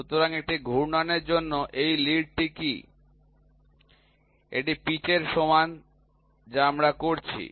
সুতরাং একটি ঘূর্ণনের জন্য এই লিডটি কি এটি পিচের সমান যা আমরা বলছি